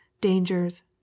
dangers